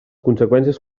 conseqüències